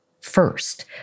first